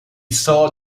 saw